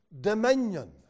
dominion